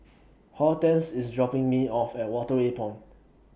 Hortense IS dropping Me off At Waterway Point